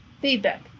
Feedback